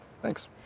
Thanks